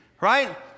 right